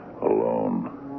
Alone